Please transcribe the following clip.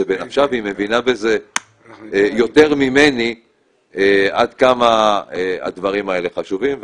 זה בנפשה והיא מבינה בזה יותר ממני עד כמה הדברים האלה חשובים.